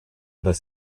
this